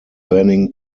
banning